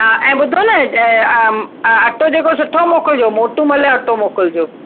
हा ऐं ॿुधो न अटो जेको सुठो मोकिलिजो मोटूमल जो अटो मोकिलिजो